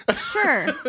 Sure